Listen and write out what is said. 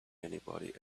anybody